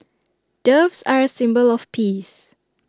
doves are A symbol of peace